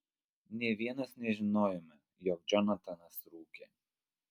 nė vienas nežinojome jog džonatanas rūkė